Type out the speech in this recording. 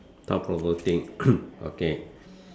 thought provoking okay